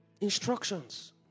Instructions